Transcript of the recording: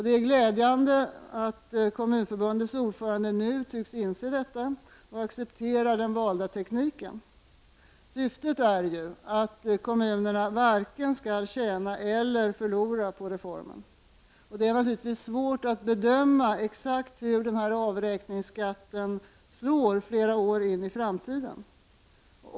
Det är glädjande att kommunförbundets ordförande nu tycks inse detta och acceptera den valda tekniken. Syftet är ju att kommunerna varken skall tjäna eller förlora på reformen. Det är naturligtvis svårt att bedöma exakt hur avräkningsskatten slår många år i framtiden.